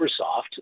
Microsoft